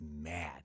mad